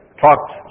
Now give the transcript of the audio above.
talked